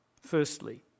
Firstly